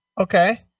Okay